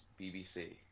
BBC